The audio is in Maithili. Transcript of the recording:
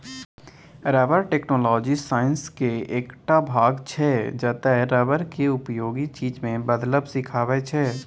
रबर टैक्नोलॉजी साइंसक एकटा भाग छै जतय रबर केँ उपयोगी चीज मे बदलब सीखाबै छै